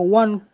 one